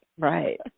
Right